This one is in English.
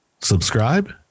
subscribe